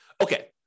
Okay